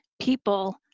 people